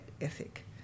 ethic